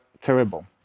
terrible